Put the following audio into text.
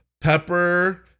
Pepper